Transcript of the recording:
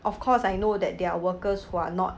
of course I know that there are workers who are not